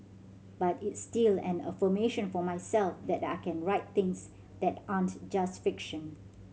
but it's still an affirmation for myself that I can write things that aren't just fiction